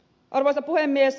arvoisa puhemies